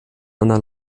einer